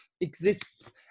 exists